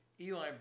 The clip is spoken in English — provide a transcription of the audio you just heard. Eli